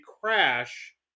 crash